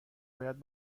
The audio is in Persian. باید